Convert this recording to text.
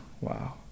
Wow